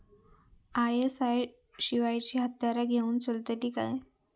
ISI शिवायची हत्यारा घेऊन चलतीत काय?